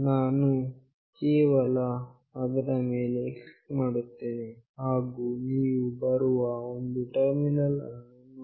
ನಾನು ಕೇವಲ ಅದರ ಮೇಲೆ ಕ್ಲಿಕ್ ಮಾಡುತ್ತೇನೆ ಹಾಗು ನೀವು ಬರುವ ಒಂದು ಟರ್ಮಿನಲ್ ಅನ್ನು ನೋಡಿ